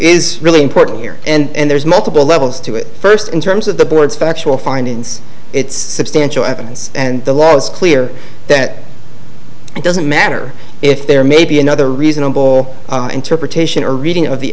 is really important here and there's multiple levels to it first in terms of the board's factual findings it's substantially evidence and the law is clear that it doesn't matter if there may be another reasonable interpretation or reading of the